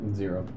zero